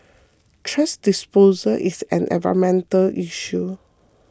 thrash disposal is an environmental issue